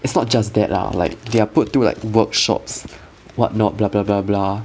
it's not just that lah like they are put through like workshops what not bla bla bla bla